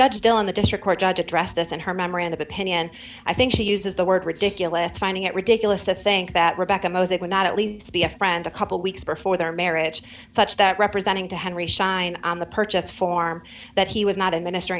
judge hill in the district court judge addressed this in her memorandum opinion i think she uses the word ridiculous finding it ridiculous to think that rebecca mosaic would not at least be a friend a couple weeks before their marriage such that representing to henry sign on the purchase form that he was not in minister